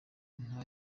nta